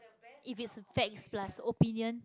if it's facts plus opinion